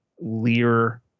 Lear